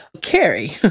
carrie